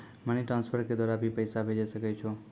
Money transfer के द्वारा भी पैसा भेजै सकै छौ?